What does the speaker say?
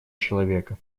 человека